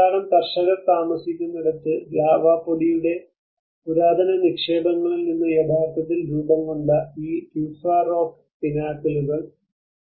ധാരാളം കർഷകർ താമസിക്കുന്നിടത്ത് ലാവാ പൊടിയുടെ പുരാതന നിക്ഷേപങ്ങളിൽ നിന്ന് യഥാർത്ഥത്തിൽ രൂപംകൊണ്ട ഈ ട്യൂഫ റോക്ക് പിനാക്കലുകൾ